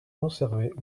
conservés